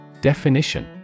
Definition